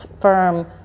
firm